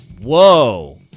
Whoa